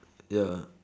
ya